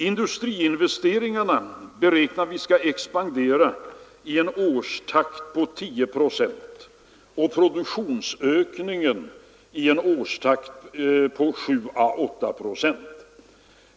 Industriinvesteringarna beräknar vi skall expandera i en årstakt på 10 procent och produktionsökningen i en årstakt på 7 å 8 procent.